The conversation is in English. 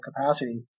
capacity